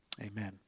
Amen